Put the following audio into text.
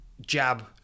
jab